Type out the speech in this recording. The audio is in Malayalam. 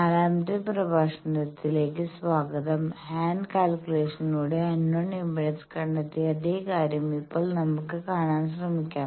നാലാമത്തെ പ്രഭാഷണത്തിലേക്ക് സ്വാഗതം ഹാൻഡ് കാൽക്കുലേഷനിലൂടെ അൺനോൺ ഇംപെഡൻസ് കണ്ടെത്തിയ അതേ കാര്യം ഇപ്പോൾ നമ്മൾക്ക് കാണാൻ ശ്രമിക്കാം